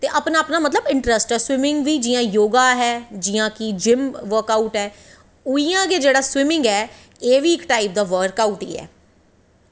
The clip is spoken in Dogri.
ते अपना अपना मतलब इंटरस्ट ऐ स्विमिंग बी जियां योगा ऐ जियां की जिम वर्क आऊट ऐ उआं गै जेह्ड़ा स्विमिंग ऐ एह्बी इक्क टाईप दा वर्क आऊट ई ऐ